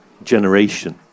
generation